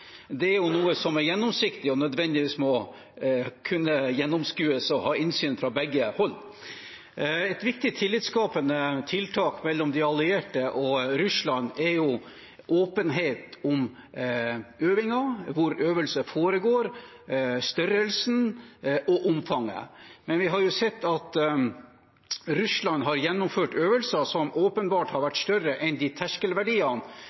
Det brukes jo om noe som er gjennomsiktig og nødvendigvis må kunne gjennomskues og gi innsyn fra begge hold. Et viktig tillitskapende tiltak mellom de allierte og Russland er åpenhet om øvelser – hvor de foregår, størrelsen og omfanget. Men vi har sett at Russland har gjennomført øvelser som åpenbart har vært større enn de terskelverdiene